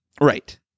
Right